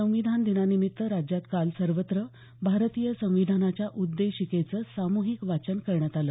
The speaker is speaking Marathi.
संविधान दिनानिमित्त राज्यात काल सर्वत्र भारतीय संविधानाच्या उद्देशिकेचं सामूहिक वाचन करण्यात आलं